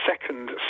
second